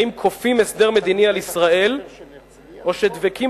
האם כופים הסדר מדיני על ישראל או שדבקים